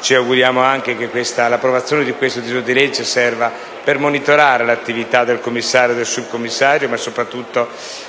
Ci auguriamo inoltre che l'approvazione di questo provvedimento serva per monitorare l'attività del commissario e del subcommissario ma, soprattutto,